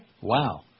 wow